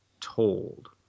told